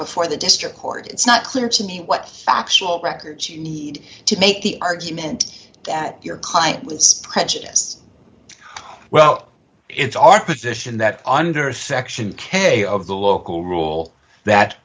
before the district court it's not clear to me what factual records you need to make the argument that your client was prejudiced well it's our position that under section k of the local rule that